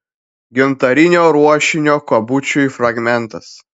gintarinio ruošinio kabučiui fragmentas